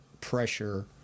pressure